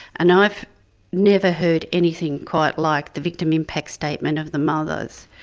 and i've never heard anything quite like the victim impact statement of the mother's.